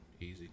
easy